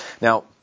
Now